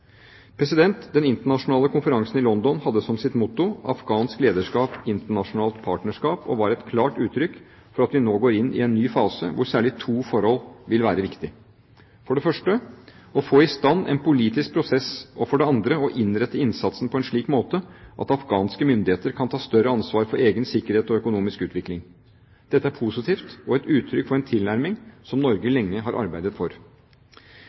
Den internasjonale konferansen i London hadde som sitt motto «Afghansk lederskap – internasjonalt partnerskap» og var et klart uttrykk for at vi nå går inn i en ny fase, hvor særlig to forhold vil være viktig: for det første å få i stand en politisk prosess, og for det andre å innrette innsatsen på en slik måte at afghanske myndigheter kan ta større ansvar for egen sikkerhet og økonomisk utvikling. Dette er positivt og et uttrykk for en tilnærming som Norge lenge har arbeidet for.